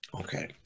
Okay